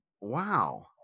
Wow